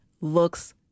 looks